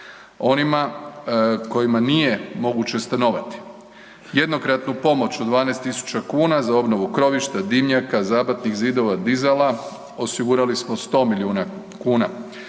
onima kojima nije moguće stanovati jednokratnu pomoć od 12.000,00 kn, za obnovu krovišta, dimnjaka, zabatnih zidova, dizala, osigurali smo 100 milijuna kuna.